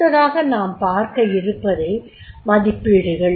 அடுத்தாக நாம் பார்க்க இருப்பது மதிப்பீடுகள்